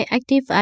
Active